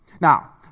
Now